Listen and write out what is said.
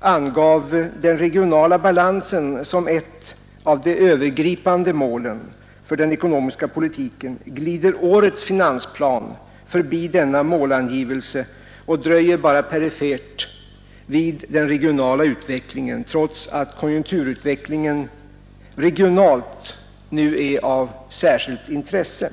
angav den regionala balansen som ett av de övergripande målen för den ekonomiska politiken, glider årets finansplan förbi denna målangivelse och dröjer bara perifert vid den regionala utvecklingen, trots att konjunkturutvecklingen regionalt nu är av särskilt intresse.